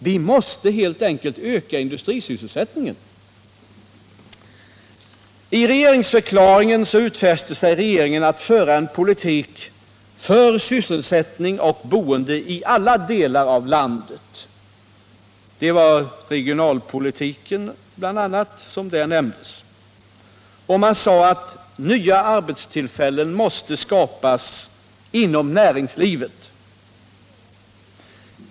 Vi måste helt enkelt öka industrisysselsättningen. I regeringsförklaringen utfäste sig regeringen att föra en politik för sysselsättning och boende i alla delar av landet. I detta sammanhang nämndes bl.a. regionalpolitiken. Man sade vidare att nya arbetstillfällen måste skapas inom näringslivet.